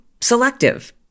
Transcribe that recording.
selective